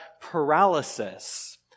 paralysis